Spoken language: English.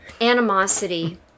animosity